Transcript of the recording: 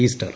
Easter